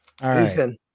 Ethan